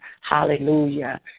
hallelujah